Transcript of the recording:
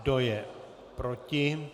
Kdo je proti?